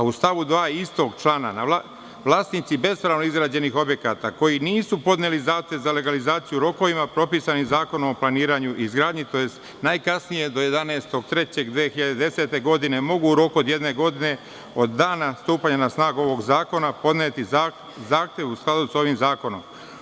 U stavu 2. istog člana vlasnici bespravno izgrađenih objekata koji nisu podneli zahtev za legalizaciju u rokovima propisanim Zakonom o planiranju i izgradnji, to je najkasnije do 11.3.2010. godine, mogu u roku od jedne godine od dana stupanja na snagu ovog zakona podneti zahtev u skladu sa ovim zakonom.